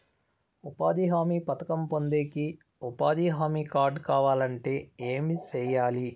ఉపాధి హామీ పథకం పొందేకి ఉపాధి హామీ కార్డు కావాలంటే ఏమి సెయ్యాలి?